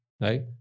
right